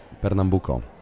Pernambuco